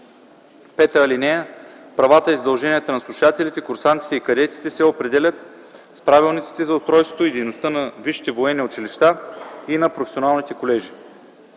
за обучение. (5) Правата и задълженията на слушателите, курсантите и кадетите се определят с правилниците за устройството и дейността на висшите военни училища и на професионалните колежи.”